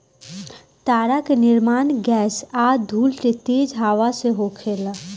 तारा के निर्माण गैस आ धूल के तेज हवा से होखेला